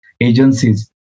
agencies